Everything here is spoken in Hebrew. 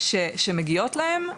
שמגיעות להם,